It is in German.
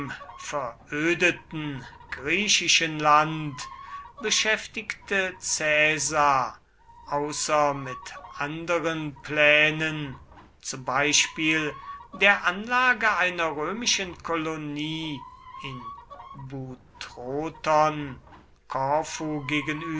verödeten griechischen land beschäftigte caesar außer mit anderen plänen zum beispiel der anlage einer römischen kolonie in